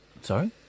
Sorry